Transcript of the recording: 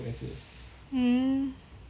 mm